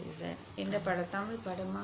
எந்த படம் தமிழ் படமா:entha padam tamil padama